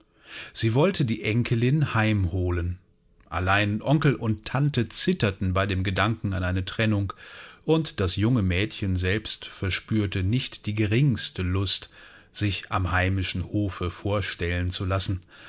sie wollte die enkelin heimholen allein onkel und tante zitterten bei dem gedanken an eine trennung und das junge mädchen selbst verspürte nicht die geringste lust sich am heimischen hofe vorstellen zu lassen